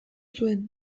zuen